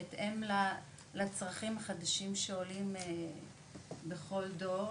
בהתאם לצרכים החדשים שעולים בכל דור.